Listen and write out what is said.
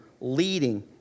leading